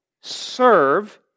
serve